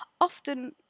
often